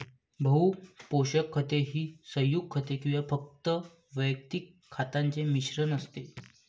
बहु पोषक खते ही संयुग खते किंवा फक्त वैयक्तिक खतांचे मिश्रण असते